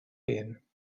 gehen